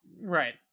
Right